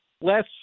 less